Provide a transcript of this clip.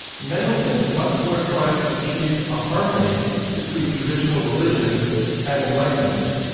mendelssohn much more tries to achieve a harmony between traditional religion and enlightenment.